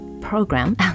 Program